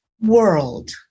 world